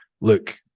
look